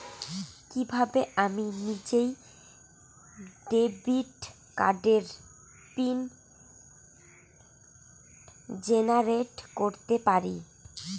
কিভাবে আমি নিজেই ডেবিট কার্ডের পিন জেনারেট করতে পারি?